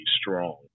strong